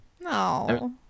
no